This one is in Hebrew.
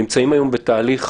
אנחנו נמצאים היום בתהליך